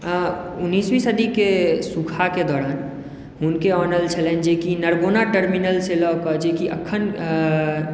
उन्नीसवीं सदीके सूखाके दौरान हुनके आनल छलनि जे की नरगौना टर्मिनल सॅं लऽकऽ जेकी अखन